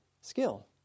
skill